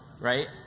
Right